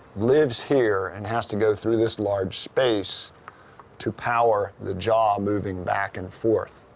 lives here and has to go through this large space to power the jaw moving back and forth.